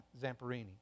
Zamparini